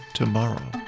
tomorrow